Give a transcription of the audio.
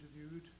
interviewed